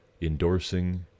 endorsing